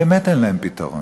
באמת אין להם פתרון,